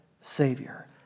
Savior